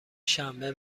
شنبه